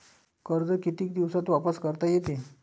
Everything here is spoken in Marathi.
कर्ज कितीक दिवसात वापस करता येते?